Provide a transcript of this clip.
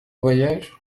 voyage